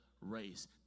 race